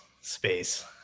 space